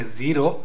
zero